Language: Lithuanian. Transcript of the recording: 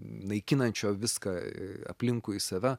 naikinančio viską aplinkui save